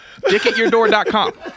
Dickatyourdoor.com